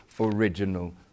original